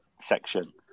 section